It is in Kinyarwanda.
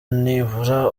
nibura